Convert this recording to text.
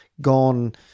gone